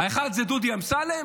האחד הוא דודי אמסלם,